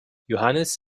johannes